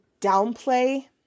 downplay